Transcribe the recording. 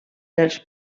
dels